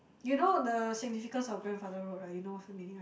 you know the significance of grandfather road right you know what's the meaning right